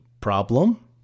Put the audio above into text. problem